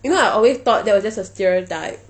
you know I always thought that was just a stereotype